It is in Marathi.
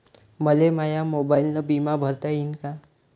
मले माया मोबाईलनं बिमा भरता येईन का?